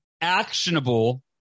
actionable